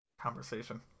conversation